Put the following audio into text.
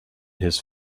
his